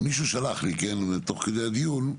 מישהו שלח לי תוך כדי הדיון,